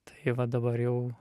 tai va dabar jau